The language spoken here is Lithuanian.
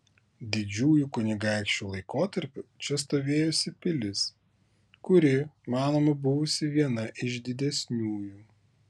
didžiųjų kunigaikščių laikotarpiu čia stovėjusi pilis kuri manoma buvusi viena iš didesniųjų